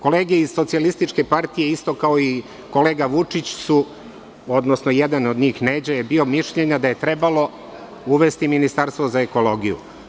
Kolege iz SPS, isto kao i kolega Vučić su, odnosno jedan od njih Neđa, je bio mišljenja da je trebalo uvesti Ministarstvo za ekologiju.